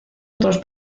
otros